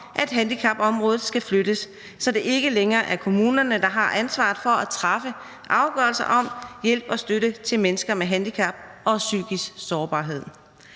at handicapområdet skal flyttes, så det ikke længere er kommunerne, der har ansvaret for at træffe afgørelser om hjælp og støtte til mennesker med handicap og psykisk sårbarhed.